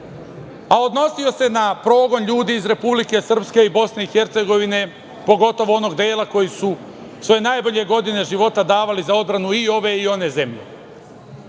a odnosio se na progon ljudi iz Republike Srpske i BiH, pogotovo onog dela koji su svoje najbolje godine života davali za odbranu i ove i one zemlje.